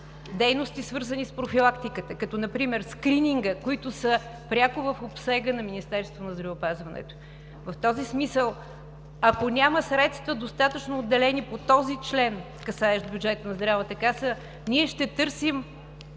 дейности, свързани с профилактиката, като скрининга, които са пряко в обсега на Министерството на здравеопазването. В този смисъл, ако няма достатъчно отделени средства по този член, касаещ бюджета на Здравната каса, ние ще търсим